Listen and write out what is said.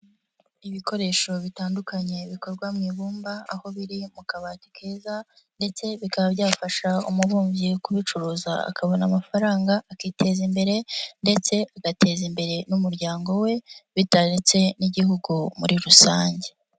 Ibikoresho bitandukanye bikorwa mu ibumba, aho biri mu kabati keza ndetse bikaba byafasha umubumbyi kubicuruza akabona amafaranga, akiteza imbere ndetse agateza imbere n'umuryango we bita n'Igihugu muri rusange.